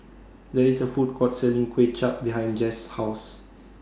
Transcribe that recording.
There IS A Food Court Selling Kuay Chap behind Jess' House